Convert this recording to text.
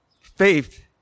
Faith